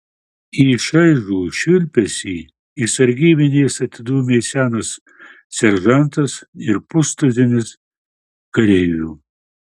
į šaižų švilpesį iš sargybinės atidūmė senas seržantas ir pustuzinis kareivių